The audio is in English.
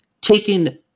taking